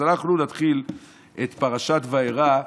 אנחנו נתחיל את פרשת וארא,